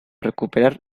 recuperar